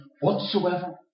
whatsoever